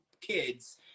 kids